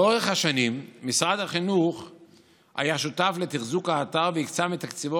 לאורך השנים משרד החינוך היה שותף לתחזוקת האתר והקצה מתקציבו